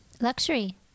Luxury